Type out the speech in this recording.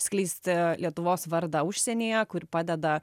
skleisti lietuvos vardą užsienyje kuri padeda